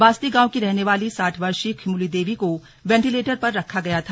बास्ती गांव की रहने वाली साठ वर्षीय खिमुली देवी को वेंटिलेटर पर रखा गया था